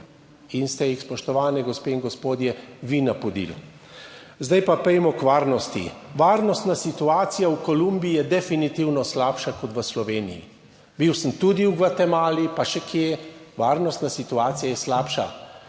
in ste jih, spoštovane gospe in gospodje, vi napotili. Zdaj pa pojdimo k varnosti. Varnostna situacija v Kolumbiji je definitivno slabša kot v Sloveniji. Bil sem tudi v Gvatemali pa še kje, varnostna situacija je slabša,